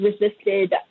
resisted